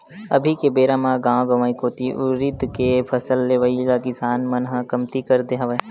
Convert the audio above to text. अभी के बेरा म गाँव गंवई कोती उरिद के फसल लेवई ल किसान मन ह कमती कर दे हवय